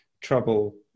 trouble